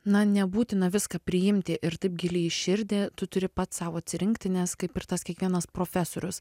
na nebūtina viską priimti ir taip giliai į širdį tu turi pats sau atsirinkti nes kaip ir tas kiekvienas profesorius